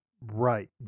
right